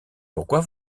pourquoi